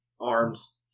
arms